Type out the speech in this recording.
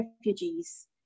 refugees